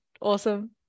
Awesome